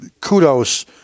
kudos